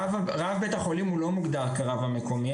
רב בית החולים לא מוגדר כרב המקומי,